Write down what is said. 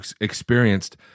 experienced